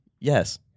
Yes